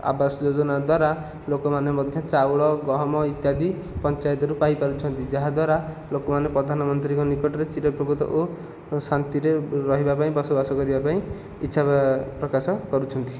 ଆବାସ ଯୋଜନା ଦ୍ୱାରା ଲୋକମାନେ ମଧ୍ୟ ଚାଉଳ ଗହମ ଇତ୍ୟାଦି ପଞ୍ଚାୟତରୁ ପାଇପାରୁଛନ୍ତି ଯାହାଦ୍ଵାରା ଲୋକମାନେ ପଧାନମନ୍ତ୍ରୀଙ୍କ ନିକଟରେ ଚିରଉପକୃତ ଓ ଶାନ୍ତିରେ ରହିବାପାଇଁ ବସବାସ କରିବାପାଇଁ ଇଚ୍ଛା ପ୍ରକାଶ କରୁଛନ୍ତି